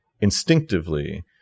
instinctively